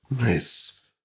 Nice